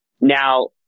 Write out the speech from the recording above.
Now